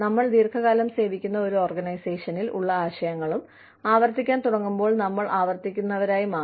നമ്മൾ ദീർഘകാലം സേവിക്കുന്ന ഒരു ഓർഗനൈസേഷനിൽ ഉള്ള ആശയങ്ങളും ആവർത്തിക്കാൻ തുടങ്ങുമ്പോൾ നമ്മൾ ആവർത്തിക്കുന്നവരായി മാറാം